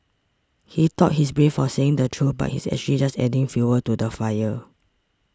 he thought he's brave for saying the truth but he's actually just adding fuel to the fire